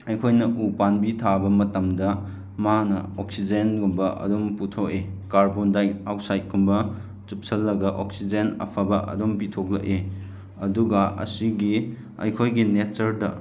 ꯑꯩꯈꯣꯏꯅ ꯎ ꯄꯥꯝꯕꯤ ꯊꯥꯕ ꯃꯇꯝꯗ ꯃꯥꯅ ꯑꯣꯛꯁꯤꯖꯦꯟꯒꯨꯝꯕ ꯑꯗꯨꯝ ꯄꯨꯊꯣꯛꯏ ꯀꯥꯔꯕꯣꯟ ꯗꯥꯏ ꯑꯣꯛꯁꯥꯏꯗ ꯀꯨꯝꯕ ꯆꯨꯞꯁꯤꯜꯂꯒ ꯑꯣꯛꯁꯤꯖꯦꯟ ꯑꯐꯕ ꯑꯗꯨꯝ ꯄꯤꯊꯣꯛꯂꯛꯏ ꯑꯗꯨꯒ ꯑꯁꯤꯒꯤ ꯑꯩꯈꯣꯏꯒꯤ ꯅꯦꯆꯔꯗ